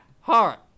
Heart